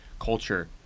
culture